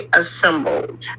assembled